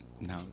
No